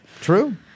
True